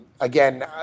again